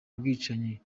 ubwicanyi